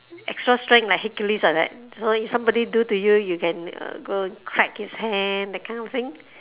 extra strength like hercules like that so if somebody do to you you can uh go crack his hand that kind of thing